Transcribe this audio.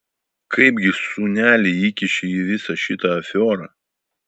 kaipgi sūnelį įkiši į visą šitą afiorą